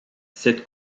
cette